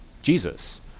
jesus